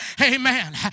Amen